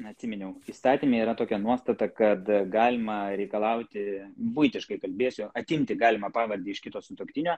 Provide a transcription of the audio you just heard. atsiminiau įstatyme yra tokia nuostata kad galima reikalauti buitiškai kalbėsiu atimti galima pavardę iš kito sutuoktinio